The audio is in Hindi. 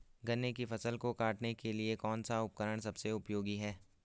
गन्ने की फसल को काटने के लिए कौन सा उपकरण सबसे उपयोगी है?